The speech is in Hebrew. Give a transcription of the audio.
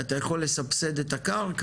אתה יכול לסבסד את הקרקע,